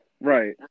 Right